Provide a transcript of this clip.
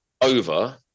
over